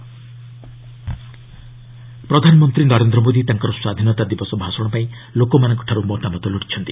PM suggestion ପ୍ରଧାନମନ୍ତ୍ରୀ ନରେନ୍ଦ୍ର ମୋଦି ତାଙ୍କର ସ୍ୱାଧୀନତା ଦିବସ ଭାଷଣ ପାଇଁ ଲୋକମାନଙ୍କଠାରୁ ମତାମତ ଲୋଡ଼ିଛନ୍ତି